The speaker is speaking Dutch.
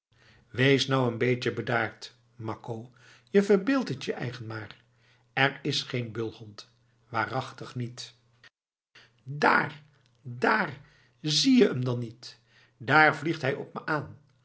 wees nou een beetje bedaard makko je verbeeldt het je eigen maar er is geen bulhond waarachtig niet daar daar zie je hem dan niet daar vliegt hij op me aan